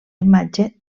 imatge